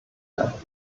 werden